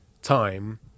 Time